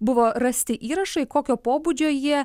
buvo rasti įrašai kokio pobūdžio jie